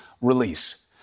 release